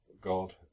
god